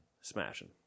Smashing